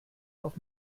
auf